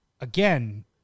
again